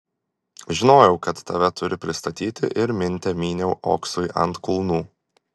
žinojau kad tave turi pristatyti ir minte myniau oksui ant kulnų